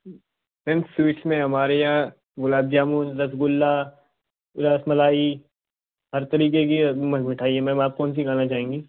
ma'am sweets में हमारे यहाँ गुलाब जामुन रसगुल्ला रसमलाई हर तरीक़े की मिठाई है मैम आप कौनसी खाना चाहेंगी